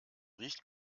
riecht